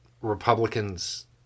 Republicans